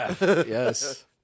Yes